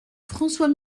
françois